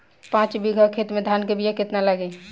पाँच बिगहा खेत में धान के बिया केतना लागी?